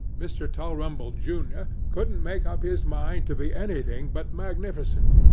mr. tulrumble, junior, couldn't make up his mind to be anything but magnificent,